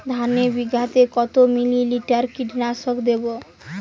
ধানে বিঘাতে কত মিলি লিটার কীটনাশক দেবো?